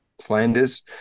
Flanders